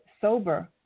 sober